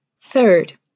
Third